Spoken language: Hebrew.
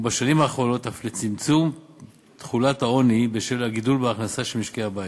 ובשנים האחרונות אף לצמצום תחולת העוני בשל הגידול בהכנסה של משקי-הבית.